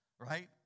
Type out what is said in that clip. right